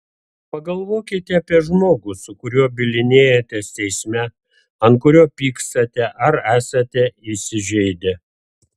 pagalvokite apie žmogų su kuriuo bylinėjatės teisme ant kurio pykstate ar esate įsižeidę